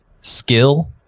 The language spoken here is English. skill